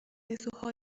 ارزوها